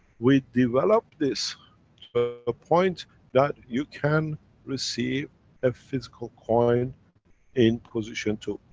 we developed this to a point that you can receive a physical coin in position too.